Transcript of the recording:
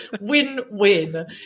win-win